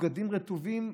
בבגדים רטובים,